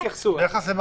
סליחה.